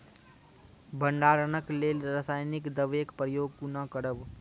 भंडारणक लेल रासायनिक दवेक प्रयोग कुना करव?